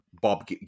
Bob